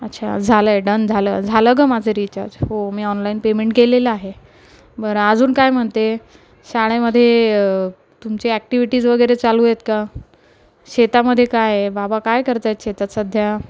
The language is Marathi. अच्छा झालं आहे डन झालं झालं ग माझं रिचार्ज हो मी ऑनलाईन पेमेंट केलेलं आहे बरं अजून काय म्हणते शाळेमध्ये तुमची ॲक्टिविटीज वगैरे चालू आहेत का शेतामध्ये काय आहे बाबा काय करत आहेत शेतात सध्या